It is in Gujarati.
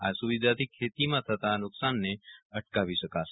આ સુવિધાથી ખેતીમાં થતાં નુક્સાનને અટકાવી શકાશે